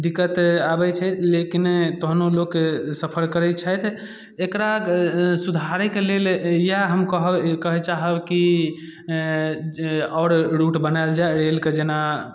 दिक्कत आबै छै लेकिन तहनो लोक सफर करै छथि एकरा सुधारैके लेल इएह हम कहब कहै चाहब कि आओर रूट बनाएल जाए रेलके जेना